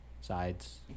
sides